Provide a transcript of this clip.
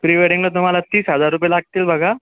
pre वेडिंगला तुम्हाला तीस हजार रुपये लागतील बघा